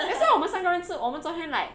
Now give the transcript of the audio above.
that's why 我们三个人吃我们昨天 like